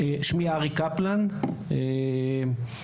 אדוני היושב-ראש,